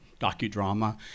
docudrama